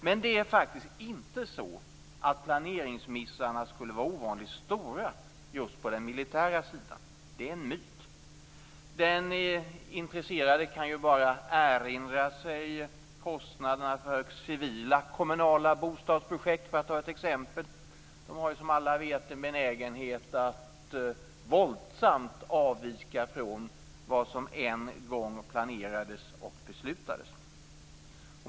Men det är faktiskt inte så att planeringsmissarna skulle vara ovanligt stora just på den militära sidan. Det är en myt. Den intresserade kan bara erinra sig kostnaderna för civila kommunala bostadsprojekt, för att ta ett exempel. De har som alla vet en benägenhet att våldsamt avvika från vad som en gång planerades och beslutades.